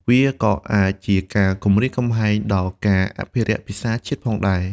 វាក៏អាចជាការគំរាមកំហែងដល់ការអភិរក្សភាសាជាតិផងដែរ។